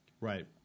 Right